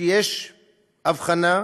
יש אבחנה,